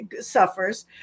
suffers